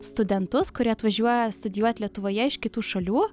studentus kurie atvažiuoja studijuot lietuvoje iš kitų šalių